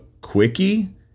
Quickie